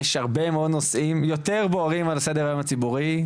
יש הרבה מאוד נושאים יותר בוערים על סדר היום הציבורי,